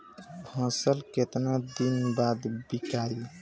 फसल केतना दिन बाद विकाई?